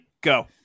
go